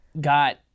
got